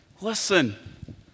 Listen